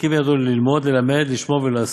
מספיקין בידו ללמוד וללמד, לשמור ולעשות.